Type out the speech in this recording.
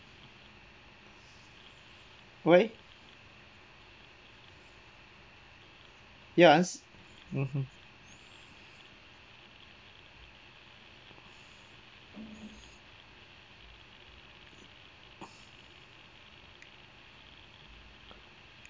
why yes mmhmm